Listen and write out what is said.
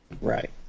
Right